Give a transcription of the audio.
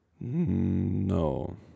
No